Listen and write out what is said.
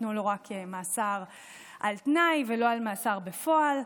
נתנו לו רק מאסר על תנאי ולא מאסר בפועל.